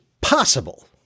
possible